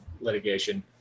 litigation